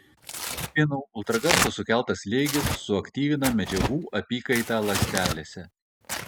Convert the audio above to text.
delfinų ultragarso sukeltas slėgis suaktyvina medžiagų apykaitą ląstelėse